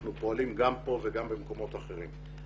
אנחנו פועלים גם פה וגם במקומות אחרים.